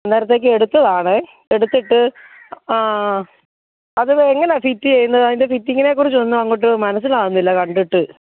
അന്നേരത്തേക്ക് എടുത്തതാണേ എടുത്തിട്ട് ആ അത് എങ്ങനെയാണ് ഫിറ്റ് ചെയ്യുന്നത് അതിന്റെ ഫിറ്റിങ്ങിനെ കുറിച്ച് ഒന്നും അങ്ങോട്ട് മനസ്സിലാവുന്നില്ല കണ്ടിട്ട്